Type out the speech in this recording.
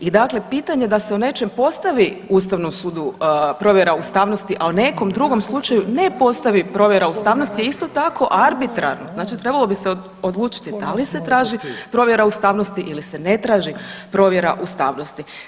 I dakle pitanje da se o nečem postavi Ustavom sudu provjera ustavnosti, a u nekom drugom slučaju ne postavi provjera ustavnosti je isto tako arbitrarno, znači trebalo bi se odlučiti da li se traži provjera ustavnosti ili se ne traži provjera ustavnosti.